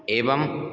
एवं